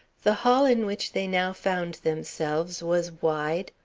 the hall in which they now found themselves was wide,